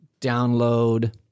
download